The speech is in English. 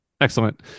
Excellent